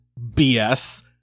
BS